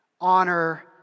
honor